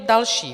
Další.